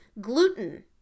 gluten